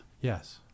Yes